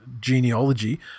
genealogy